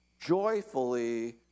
joyfully